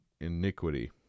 iniquity